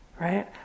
right